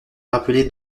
rappeler